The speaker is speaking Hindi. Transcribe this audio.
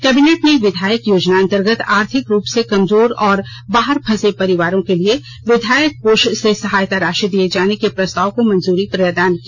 कैबिनेट ने विधायक योजना अंतर्गत आर्थिक रूप से कमजोर और बाहर फंसे परिवारों के लिए विधायक कोष से सहायता राषि दिये जाने के प्रस्ताव को मंजूरी प्रदान की